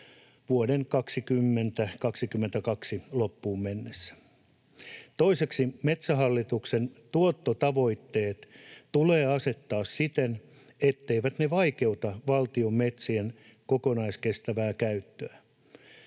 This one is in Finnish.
vuoden 2022 loppuun mennessä. Toiseksi Metsähallituksen tuottotavoitteet tulee asettaa siten, etteivät ne vaikeuta valtion metsien kokonaiskestävää käyttöä.